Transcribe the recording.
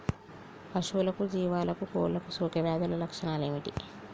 పశువులకు జీవాలకు కోళ్ళకు సోకే వ్యాధుల లక్షణాలు ఏమిటి?